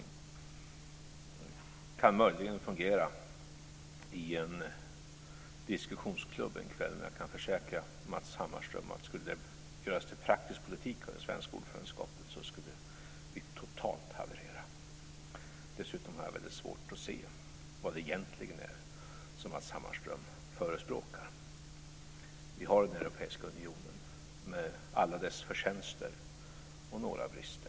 Det kan möjligen fungera i en diskussionsklubb en kväll, men jag kan försäkra Matz Hammarström att om detta skulle göras till praktiskt politik under det svenska ordförandeskapet så skulle vi totalt haverera. Dessutom har jag väldigt svårt att se vad det egentligen är som Matz Hammarström förespråkar. Vi har den europeiska unionen med alla dess förtjänster och några brister.